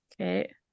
Okay